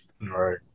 Right